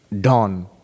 dawn